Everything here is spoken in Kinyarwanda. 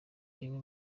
rimwe